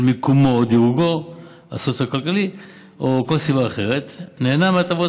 מיקומו או דירוגו הסוציו-אקונומי או כל סיבה אחרת נהנה מהטבות